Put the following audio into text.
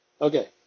Okay